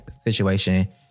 situation